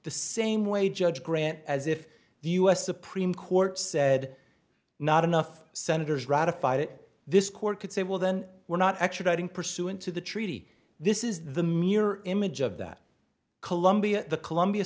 the same way judge grant as if the u s supreme court said not enough senators ratified it this court could say well then we're not extraditing pursuant to the treaty this is the mirror image of that columbia the columbia